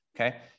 okay